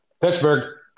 Pittsburgh